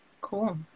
Cool